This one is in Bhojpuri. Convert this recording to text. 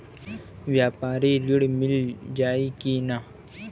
व्यापारी ऋण मिल जाई कि ना?